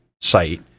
site